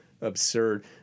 absurd